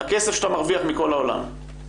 הכסף שאתה מרוויח מכל העולם.